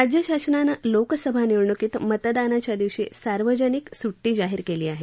राज्य शासनानं लोकसभा निवडणुकीत मतदानाच्या दिवशी सार्वजनिक सुट्टी जाहीर केली आहे